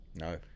No